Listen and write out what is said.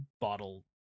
bottle